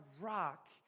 rock